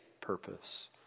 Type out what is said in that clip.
purpose